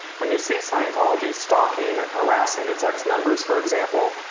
when you see scientology stalking and harassing its ex members for example,